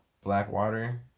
Blackwater